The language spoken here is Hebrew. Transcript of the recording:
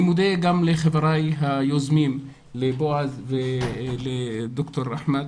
אני מודה גם לחבריי היוזמים, לבועז ולד"ר לאחמד,